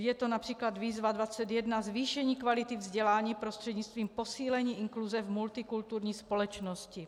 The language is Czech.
Je to např. výzva 21: Zvýšení kvality vzdělání prostřednictvím posílení inkluze v multikulturní společnosti.